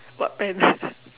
what pen